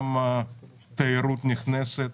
גם התיירות הנכנסת.